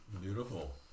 Beautiful